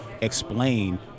explain